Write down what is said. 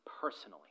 personally